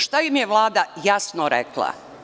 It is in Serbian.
Šta im je Vlada jasno rekla?